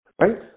Right